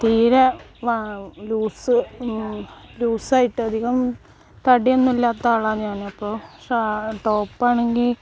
തീരെ വാ loose loose ആയിട്ട് അധികം തടിയൊന്നും ഇല്ലാത്ത ആളാണ് ഞാൻ അപ്പോൾ ഷാൾ ടോപ്പ് ആണെങ്കിൽ